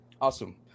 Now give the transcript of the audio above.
Awesome